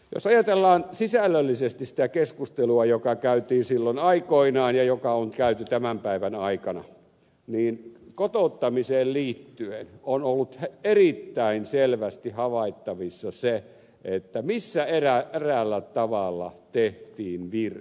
jos ajatellaan sisällöllisesti sitä keskustelua joka käytiin silloin aikoinaan ja joka on käyty tämän päivän aikana niin kotouttamiseen liittyen on ollut erittäin selvästi havaittavissa se missä eräällä tavalla tehtiin virhe